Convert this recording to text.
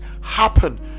happen